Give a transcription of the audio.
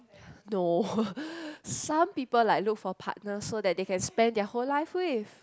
no some people like look for partner so that they can spend their whole life with